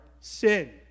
Sin